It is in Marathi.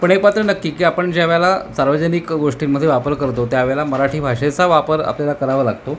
पण एक मात्र नक्की की आपण ज्यावेळेला सार्वजनिक गोष्टींमध्ये वापर करतो त्यावेळेला मराठी भाषेचा वापर आपल्याला करावा लागतो